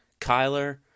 Kyler